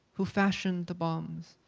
who fashioned the bombs,